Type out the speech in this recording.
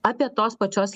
apie tos pačios